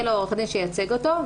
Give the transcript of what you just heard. יהיה לו עורך דין שייצג אותו,